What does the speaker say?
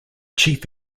chief